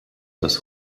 dass